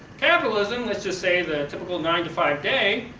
capitalism, let's just say the typical nine five day,